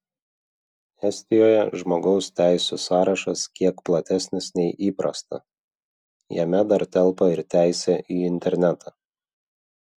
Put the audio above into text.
estijoje žmogaus teisių sąrašas kiek platesnis nei įprasta jame dar telpa ir teisė į internetą